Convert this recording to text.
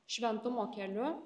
šventumo keliu